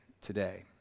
today